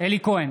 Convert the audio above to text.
אלי כהן,